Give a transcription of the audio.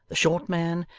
the short man,